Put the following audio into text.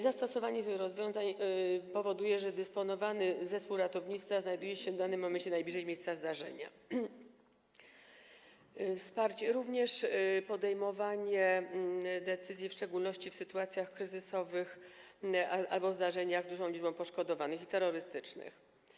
Zastosowanie tych rozwiązań spowoduje, że będzie dysponowany zespół ratownictwa znajdujący się w danym momencie najbliżej miejsca zdarzenia, usprawni również podejmowanie decyzji, w szczególności w sytuacjach kryzysowych albo w zdarzeniach z dużą liczbą poszkodowanych i zdarzeniach terrorystycznych.